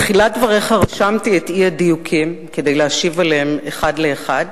בתחילת דבריך רשמתי את האי-דיוקים כדי להשיב עליהם אחד לאחד,